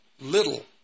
little